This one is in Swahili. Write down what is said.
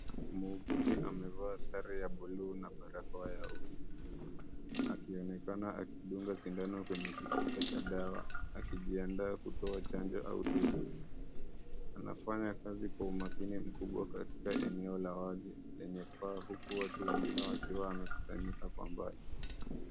Muuguzi amevaa sare ya buluu na barakoa ya uso, akionekana akidunga sindano kwenye kichupa cha dawa akijiandaa kutoa chanjo au tiba. Anafanya kazi kwa umakini mkubwa katika eneo la wazi lenye paa huku watu wengine wakiwa wamekusanyika kwa mbali.